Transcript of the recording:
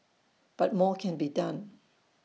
but more can be done